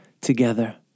together